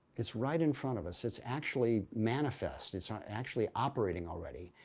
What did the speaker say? it's right in front of us. it's actually manifests, it's um actually operating already.